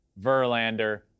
Verlander